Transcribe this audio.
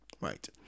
right